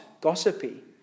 gossipy